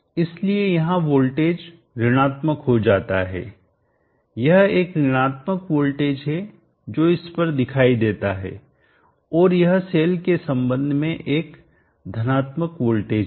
इसलिए यहाँ वोल्टेज ऋणात्मक हो जाता है यह एक ऋणात्मक वोल्टेज है जो इस पर दिखाई देता है और यह सेल के संबंध में एक धनात्मक वोल्टेज है